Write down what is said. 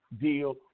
deal